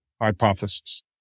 hypothesis